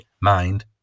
mind